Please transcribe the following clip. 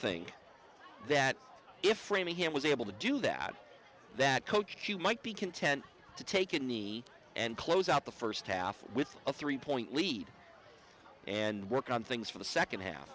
think that if framingham was able to do that that coached you might be content to take a knee and close out the first half with a three point lead and work on things for the second half